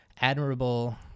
admirable